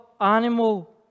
animal